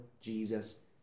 Jesus